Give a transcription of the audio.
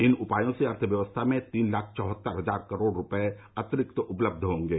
इन उपायों से अर्थव्यवस्था में तीन लाख चौहत्तर हजार करोड़ रुपये अतिरिक्त उपलब्ध होंगे